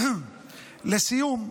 לסיום,